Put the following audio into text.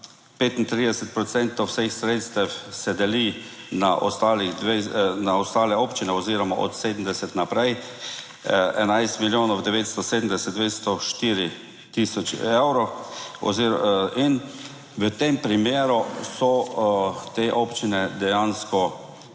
vseh sredstev se deli na ostale občine oziroma od 70 naprej, 11 milijonov 970, 204 tisoč evrov in v tem primeru so te občine dejansko